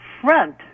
front